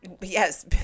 Yes